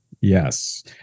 Yes